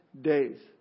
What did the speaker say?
days